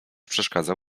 przeszkadzał